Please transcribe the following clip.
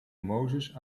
mozes